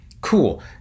Cool